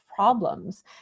Problems